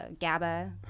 GABA